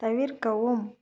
தவிர்க்கவும்